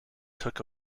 took